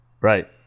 Right